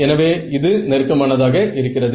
எனவே இது நெருக்கமானதாக இருக்கிறது